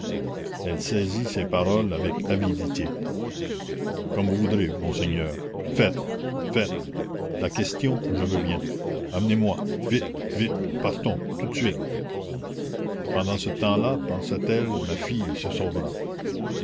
elle saisit ces paroles avec avidité comme vous voudrez monseigneur faites faites la question je veux bien emmenez-moi vite vite partons tout de suite pendant ce temps-là pensait-elle ma fille se sauvera